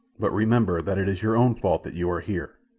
but remember that it is your own fault that you are here.